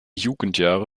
jugendjahre